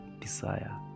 desire